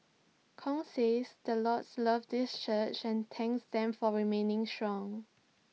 Kong says the Lord loves this church and thanks them for remaining strong